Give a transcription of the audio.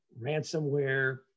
ransomware